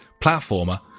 platformer